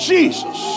Jesus